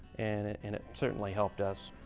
and it and it certainly helped us.